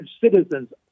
citizens